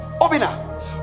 Obina